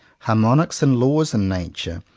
harmonics and laws in nature,